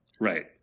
Right